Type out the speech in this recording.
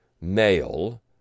male